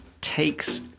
takes